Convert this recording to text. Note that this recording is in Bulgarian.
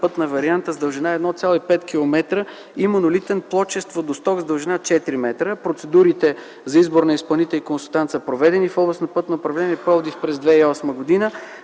пътна варианта с дължина 1,5 км и монолитен плочест водосток с дължина 4 метра. Процедурите за избор на изпълнител и консултант са проведени в Областно пътно управление Пловдив през 2008 г.